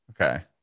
Okay